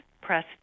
press